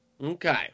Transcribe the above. Okay